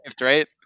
right